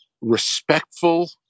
respectful